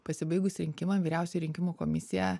pasibaigus rinkimam vyriausioji rinkimų komisija